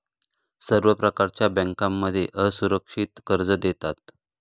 सर्व प्रकारच्या बँकांमध्ये असुरक्षित कर्ज देतात